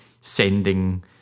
sending